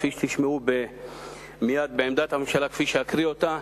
כפי שתשמעו מייד בעמדת הממשלה כפי שאקריא אותה,